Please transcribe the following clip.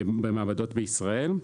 במעבדות בישראל.